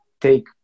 take